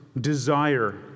desire